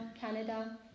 Canada